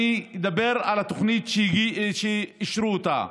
אני מדבר על התוכנית שאישרו אותה.